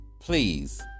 please